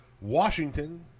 Washington